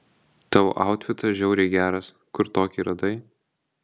tavo autfitas žiauriai geras kur tokį radai